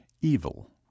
evil